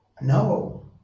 No